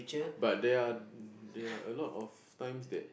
but they are they are a lot of times that